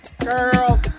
Girl